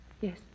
yes